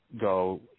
go